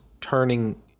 turning